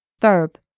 verb